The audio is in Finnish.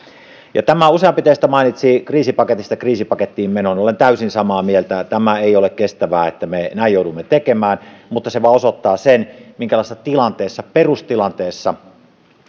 useampi teistä mainitsi kriisipaketista kriisipakettiin menon olen täysin samaa mieltä tämä ei ole kestävää että me näin joudumme tekemään se vaan osoittaa sen minkälaisessa perustilanteessa